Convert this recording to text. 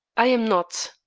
i am not!